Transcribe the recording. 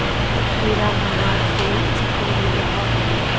कीड़ा मरवार कोई स्प्रे मिलोहो होबे?